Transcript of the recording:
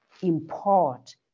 import